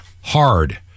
hard